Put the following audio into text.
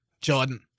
Jordan